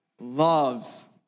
loves